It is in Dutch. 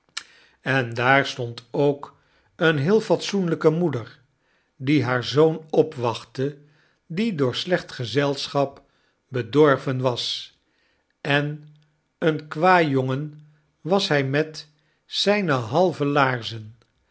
en daar stond ook eene heel fatsoenlijke moeder die haar zoon opwachtte die door slecht gezelschap bedorven was en eenkwajongen was hij met zijne halve laarzen